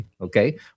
Okay